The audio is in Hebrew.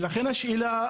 לכן השאלה,